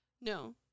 No